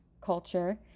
culture